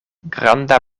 granda